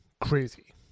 crazy